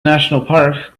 nationalpark